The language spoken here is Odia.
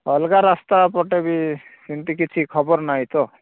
ଅଲଗା ରାସ୍ତା ପଟେ ବି ସେମିତି କିଛି ଖବର ନାହିଁ ତ